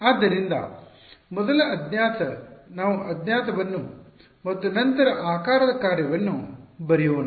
ಆದ್ದರಿಂದ ಮೊದಲ ಅಜ್ಞಾತ ನಾವು ಅಜ್ಞಾತ ವನ್ನು ಮತ್ತು ನಂತರ ಆಕಾರದ ಕಾರ್ಯವನ್ನು ಬರೆಯೋಣ